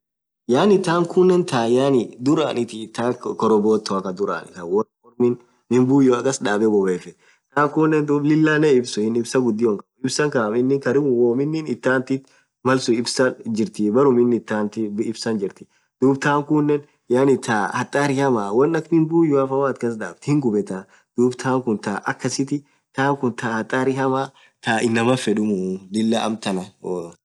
Yaani taa khunen taa yaani dhuranith khorobotho khaa dhurani khaa woo ormin miin buyoa kasdhebe bobefhtu thaa kunen dhub Lilahnen hipsisuu inin ipsaa ghudio hinkhabu ipsan kaam inin karibu womm inin ithathin malsun ipsa jirtii berrum inin ithathi ipsa jirtii dhub taa kunen taaa hatari hamaaa won akha miin buyoaf woathin kasdhab hinghubetha dhub taa khun taa akhasitthi taaa khun taa hatari hamma taaa inaman fedhumu Lilah amtanan